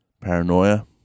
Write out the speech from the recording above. Paranoia